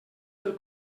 del